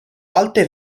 alte